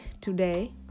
today